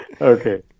okay